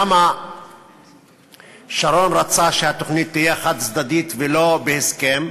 למה שרון רצה שהתוכנית תהיה חד-צדדית ולא בהסכם?